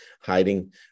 hiding